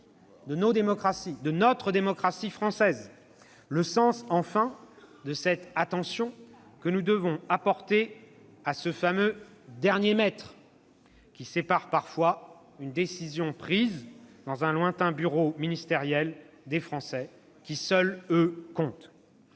de nos démocraties. Le sens enfin de cette attention que nous devons apporter à ce " fameux dernier mètre " qui sépare parfois une décision prise dans un lointain bureau ministériel des Français, qui, seuls, comptent.